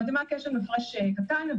במתמטיקה יש לנו הפרש קטן,